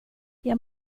jag